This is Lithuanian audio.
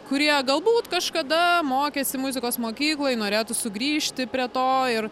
kurie galbūt kažkada mokėsi muzikos mokykloj norėtų sugrįžti prie to ir